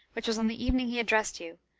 which was on the evening he addressed you,